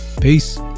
peace